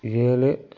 ஏழு